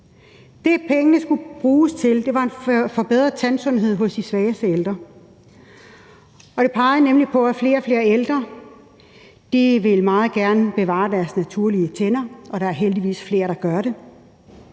Det, som pengene skulle bruges til, var en forbedret tandsundhed hos de svageste ældre, og det peger nemlig på, at flere og flere ældre meget gerne vil bevare deres naturlige tænder, og der er heldigvis flere, der gør det.